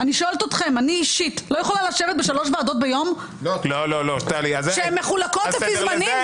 אני לא יכולה לשבת בשלוש ועדות ביום שהן מחולקות לפי זמנים?